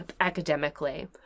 academically